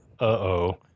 Uh-oh